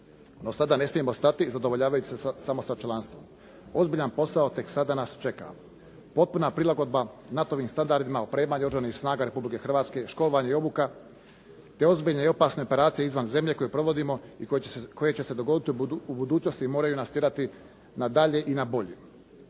No sada ne smijemo stati, zadovoljavajući se samo sa članstvom. Ozbiljan posao tek sada nas čeka. Potpuna prilagodba NATO-ovim standardima, opremanju Oružanih snaga Republike Hrvatske, školovanje i obuke te ozbiljne i opasne operacije izvan zemlje koje provodimo i koje će se dogoditi u budućnosti moraju nas tjerati na dalje i na bolje.